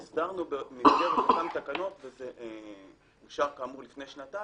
במסגרת אותן תקנות, וזה אושר כאמור לפני שנתיים,